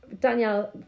Danielle